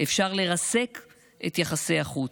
אפשר לרסק את יחסי החוץ,